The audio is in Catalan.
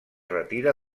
retira